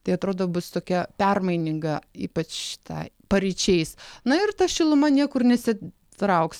tai atrodo bus tokia permaininga ypač ta paryčiais na ir ta šiluma niekur nesitrauks